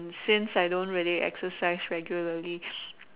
and since I don't really exercise regularly